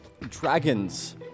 dragons